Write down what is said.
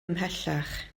ymhellach